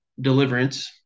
deliverance